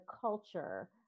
culture